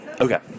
Okay